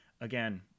again